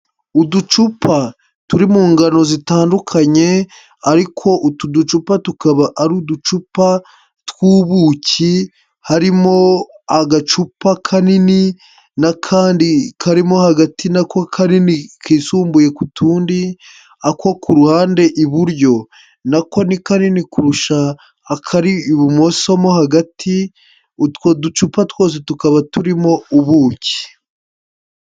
Uducupa turi mu ngano zitandukanye ariko utu ducupa tukaba ari uducupa tw'ubuki, harimo agacupa kanini n'akandi karimo hagati nako kanini kisumbuye ku tundi. Ako ku ruhande iburyo nako ni kanini kurusha akari ibumoso mo hagati, utwo ducupa twose tukaba turimo ubuki.